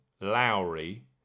Lowry